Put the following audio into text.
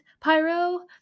pyro